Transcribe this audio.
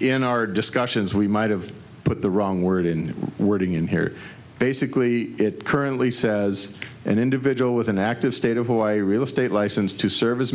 in our discussions we might have put the wrong word in wording in here basically it currently says an individual with an active state of hawaii real estate license to service